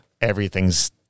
everything's